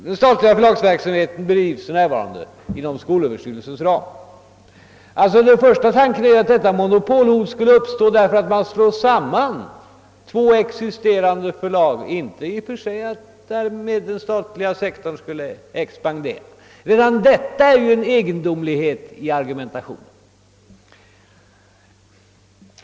Den statliga förlagsverksamheten bedrivs för närvarande inom skolöverstyrelsens ram. Ett momopolhot skulle alltså uppstå därigenom att man slår samman existerande förlag — inte därför att den statliga sektorn i och för sig skulle expandera. Redan detta är en egendomlighet i argumentationen.